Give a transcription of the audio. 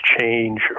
change